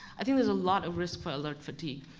i think there's a lot of risk for alert fatigue.